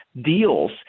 deals